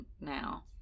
now